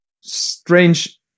strange